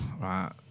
right